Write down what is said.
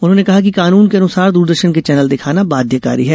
उन्होंने कहा है कि कानून के अनुसार दूरदर्शन के चैनल दिखाना बाध्यकारी है